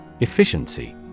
Efficiency